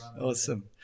Awesome